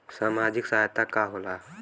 सामाजिक सहायता का होला?